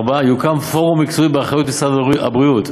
4. יוקם פורום מקצועי באחריות משרד הבריאות,